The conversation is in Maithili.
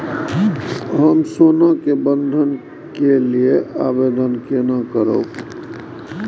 हम सोना के बंधन के लियै आवेदन केना करब?